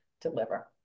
deliver